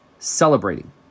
celebrating